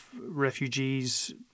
refugees